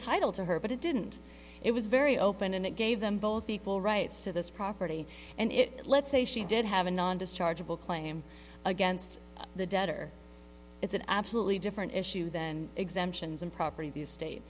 title to her but it didn't it was very open and it gave them both equal rights to this property and it let's say she did have a non dischargeable claim against the debtor it's an absolutely different issue than exemptions and property the estate